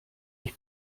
ich